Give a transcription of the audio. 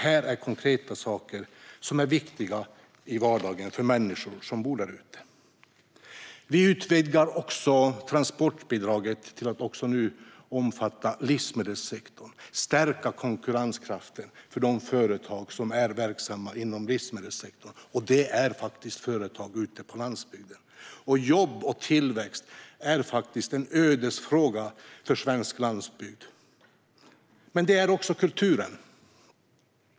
Detta är konkreta saker som är viktiga i vardagen för människor som bor där ute. Vi utvidgar också transportbidraget till att också omfatta livsmedelssektorn. Det handlar om att stärka konkurrenskraften för de företag som är verksamma inom livsmedelssektorn. Det är faktiskt företag ute på landsbygden. Jobb och tillväxt är en ödesfråga för svensk landsbygd, men det är också kulturen.